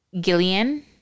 Gillian